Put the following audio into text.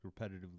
repetitively